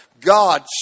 God